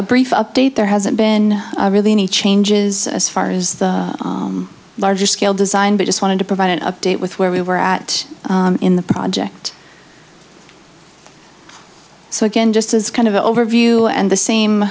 brief update there hasn't been really any changes as far as the larger scale design but just wanted to provide an update with where we were at in the project so again just as kind of an overview and the same